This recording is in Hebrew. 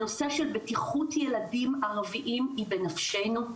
הנושא של בטיחות ילדים ערביים היא בנפשנו,